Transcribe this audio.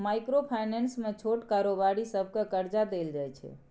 micro finance मे छोट कारोबारी सबकेँ करजा देल जाइ छै